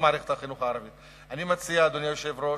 אדוני היושב-ראש,